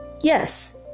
yes